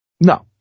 No